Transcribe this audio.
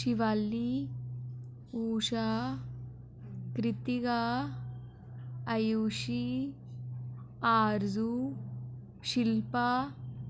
Shivali Usha Kritika Ayushi Aarzoo Shilpa